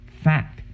fact